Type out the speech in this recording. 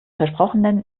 versprochenen